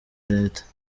leta